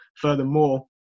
Furthermore